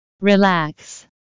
relax